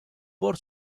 por